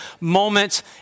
moments